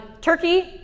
Turkey